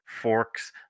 forks